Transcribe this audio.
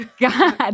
God